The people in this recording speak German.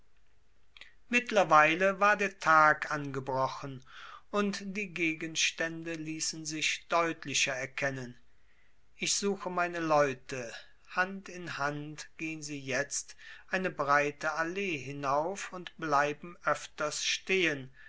mittlerweile war der tag angebrochen und die gegenstände ließen sich deutlicher erkennen ich suche meine leute hand in hand gehen sie jetzt eine breite allee hinauf und bleiben öfters stehen